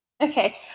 Okay